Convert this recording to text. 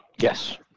Yes